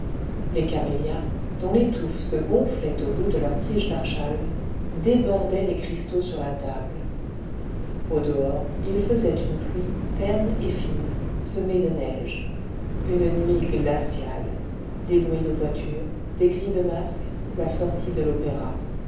les camélias dont les touffes se gonflaient au bout de leurs tiges d'archal débordaient les cristaux sur la table au dehors il faisait une pluie terne et fine semée de neige une nuit glaciale des bruits de voitures des cris de masques la sortie de l'opéra